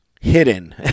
hidden